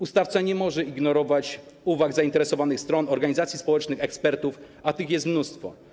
Ustawodawca nie może ignorować uwag zainteresowanych stron, organizacji społecznych, ekspertów, a tych jest mnóstwo.